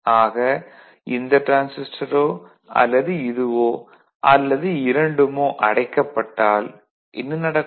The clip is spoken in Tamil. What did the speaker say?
ஆக இந்த டிரான்சிஸ்டரோ அல்லது இதுவோ அல்லது இரண்டுமோ அடைக்கப்பட்டால் என்ன நடக்கும்